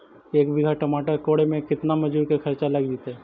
एक बिघा टमाटर कोड़े मे केतना मजुर के खर्चा लग जितै?